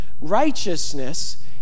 Righteousness